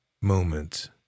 moment